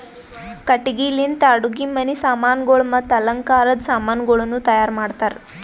ಕಟ್ಟಿಗಿ ಲಿಂತ್ ಅಡುಗಿ ಮನಿ ಸಾಮಾನಗೊಳ್ ಮತ್ತ ಅಲಂಕಾರದ್ ಸಾಮಾನಗೊಳನು ತೈಯಾರ್ ಮಾಡ್ತಾರ್